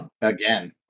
Again